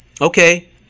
Okay